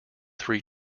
three